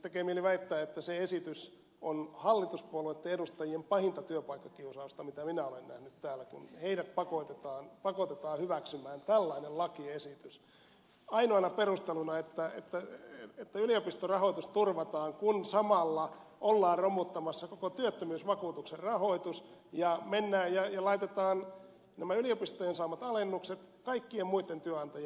tekee mieli väittää että se esitys on hallituspuolueitten edustajien pahinta työpaikkakiusaamista mitä minä olen nähnyt täällä kun heidät pakotetaan hyväksymään tällainen lakiesitys ainoana perusteluna että yliopistorahoitus turvataan kun samalla ollaan romuttamassa koko työttömyysvakuutuksen rahoitus ja mennään ja laitetaan nämä yliopistojen saamat alennukset kaikkien muitten työnantajien maksettaviksi